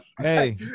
Hey